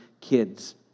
kids